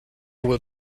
will